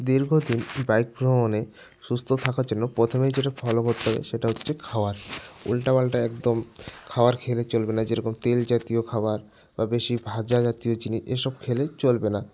দীর্ঘদিন বাইক ভ্রমণে সুস্থ থাকার জন্য প্রথমেই যেটা ফলো করতে হবে সেটা হচ্ছে খাওয়ার উল্টোপাল্টা একদম খাওয়ার খেলে চলবে না যেরকম তেল জাতীয় খাবার বা বেশি ভাজা জাতীয় জিনিস এসব খেলে চলবে না